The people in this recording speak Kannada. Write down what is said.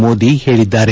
ಮೋದಿ ಹೇಳಿದ್ದಾರೆ